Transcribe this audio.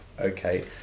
okay